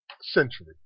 century